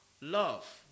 love